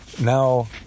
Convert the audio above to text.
now